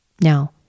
Now